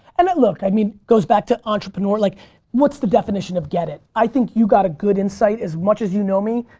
and look. it i mean goes back to entrepreneur like what's the definition of get it? i think you got a good insight, as much as you know me.